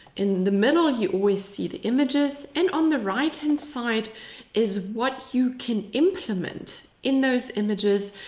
in the middle, you always see the images, and on the right hand side is what you can implement in those images.